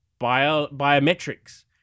biometrics